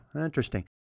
interesting